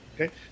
okay